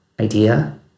idea